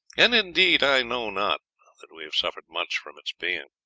and, indeed, i know not that we have suffered much from its being